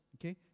okay